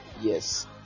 yes